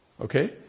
okay